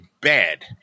bad